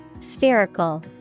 Spherical